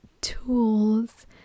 tools